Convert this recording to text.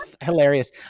hilarious